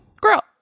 Girl